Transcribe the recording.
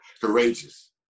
courageous